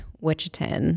Wichita